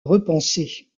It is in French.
repensée